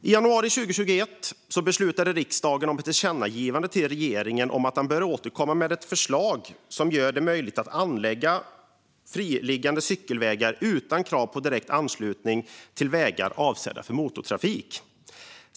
I januari 2021 beslutade riksdagen om ett tillkännagivande till regeringen om att den bör återkomma med ett förslag som gör det möjligt att anlägga friliggande cykelvägar utan krav på direkt anslutning till vägar avsedda för motortrafik.